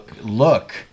look